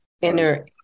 inner